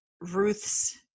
Ruth's